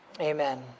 Amen